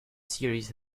series